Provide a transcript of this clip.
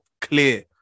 clear